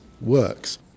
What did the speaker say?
works